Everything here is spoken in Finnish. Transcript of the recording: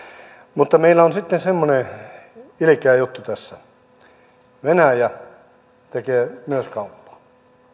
mutta meillä on sitten semmoinen ilkeä juttu tässä venäjä tekee myös kauppaa